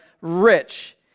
rich